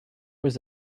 was